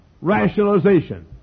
rationalization